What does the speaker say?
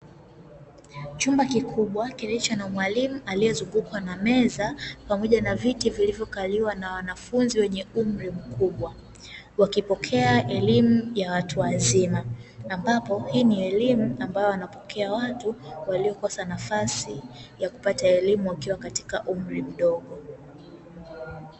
Chumba kikubwa kikiwa na mwalimu aliezunguukwa na meza, pamoja na viti viliokaliwa na wanafunzi wenye umri mkubwa wakipokea elimu ya watu wazima, ambapo hii ni elimu ambayo wanapokea watu walikosa nafasi ya kupata elimu wakiwa kwenye umri mdogo.